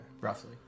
Roughly